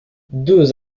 deux